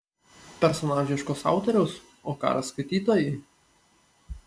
personažai ieškos autoriaus o ką ras skaitytojai